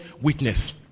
witness